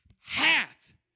hath